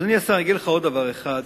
אדוני השר, אגיד לך עוד דבר אחד.